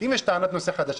אם יש טענת נושא חדש,